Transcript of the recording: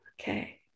Okay